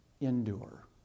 endure